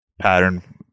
pattern